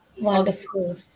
wonderful